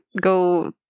go